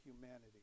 humanity